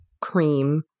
cream